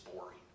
boring